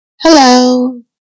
Hello